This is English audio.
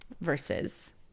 versus